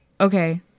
okay